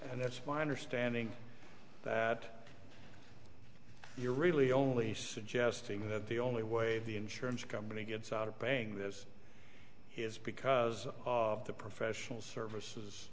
and that's my understanding that you're really only suggesting that the only way the insurance company gets out of paying this is because of the professional services